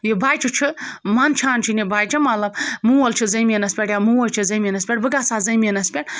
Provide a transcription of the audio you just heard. یہِ بَچہِ چھُ مَنٛدچھان چھُنہٕ یہِ بَچہِ مطلب مول چھِ زٔمیٖنَس پٮ۪ٹھ یا موج چھِ زمیٖنَس پٮ۪ٹھ بہٕ گژھٕ ہا زٔمیٖنَس پٮ۪ٹھ